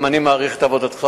גם אני מעריך את עבודתך,